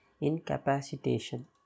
Incapacitation